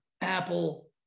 Apple